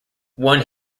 won